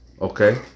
Okay